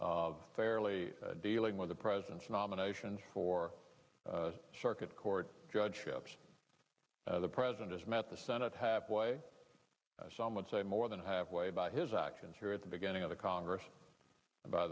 fairly dealing with the president's nominations for circuit court judge ships the president has met the senate halfway some would say more than halfway by his actions here at the beginning of the congress a